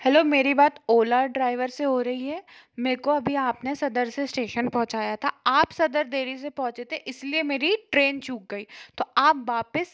hello मेरी बात Ola driver से हो रही है मेको अभी आपने सदर से इस्टेशन पहुँचाया था आप सदर देरी से पहुंचे थे इसलिए मेरी ट्रेन चूक गई तो आप वापस